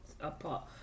apart